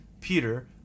Peter